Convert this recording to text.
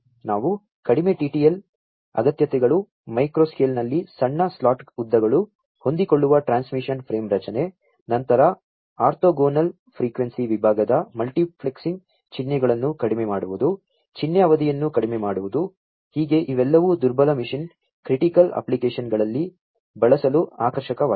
ನಾವು ಕಡಿಮೆ TTL ಅಗತ್ಯತೆಗಳು ಮೈಕ್ರೋ ಸ್ಕೇಲ್ನಲ್ಲಿ ಸಣ್ಣ ಸ್ಲಾಟ್ ಉದ್ದಗಳು ಹೊಂದಿಕೊಳ್ಳುವ ಟ್ರಾನ್ಸ್ಮಿಷನ್ ಫ್ರೇಮ್ ರಚನೆ ನಂತರ ಆರ್ಥೋಗೋನಲ್ ಫ್ರೀಕ್ವೆನ್ಸಿ ವಿಭಾಗದ ಮಲ್ಟಿಪ್ಲೆಕ್ಸಿಂಗ್ ಚಿಹ್ನೆಗಳನ್ನು ಕಡಿಮೆ ಮಾಡುವುದು ಚಿಹ್ನೆ ಅವಧಿಯನ್ನು ಕಡಿಮೆ ಮಾಡುವುದು ಹೀಗೆ ಇವೆಲ್ಲವೂ ದುರ್ಬಲ ಮಿಷನ್ ಕ್ರಿಟಿಕಲ್ ಅಪ್ಲಿಕೇಶನ್ಗಳಲ್ಲಿ ಬಳಸಲು ಆಕರ್ಷಕವಾಗಿದೆ